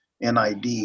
NID